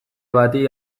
bati